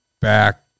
back